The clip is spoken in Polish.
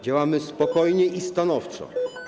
Działamy spokojnie i stanowczo.